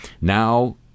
Now